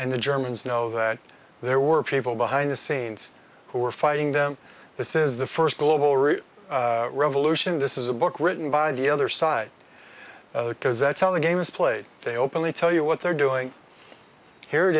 and the germans know that there were people behind the scenes who were fighting them this is the first global real revolution this is a book written by the other side because that's how the game is played they openly tell you what they're doing here it